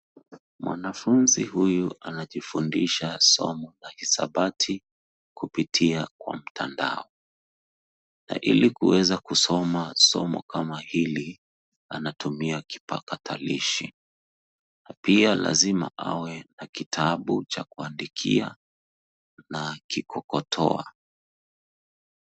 Mwanafunzi huyu anajifundisha somo la hisabati kupitia kwa mtandao na ili kuweza kusoma somo kama hili, anatumia kipakatalishi , na pia ni lazima awe na kitabu cha kuandikia na kikokotoa.